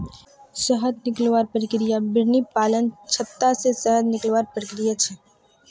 शहद निकलवार प्रक्रिया बिर्नि पालनत छत्ता से शहद निकलवार प्रक्रिया छे